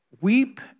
weep